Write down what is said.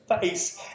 face